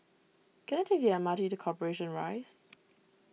can I take the M R T to Corporation Rise